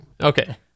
okay